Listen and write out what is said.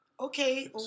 Okay